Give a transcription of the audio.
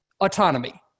autonomy